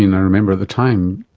and i remember at the time,